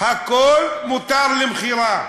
הכול מותר למכירה.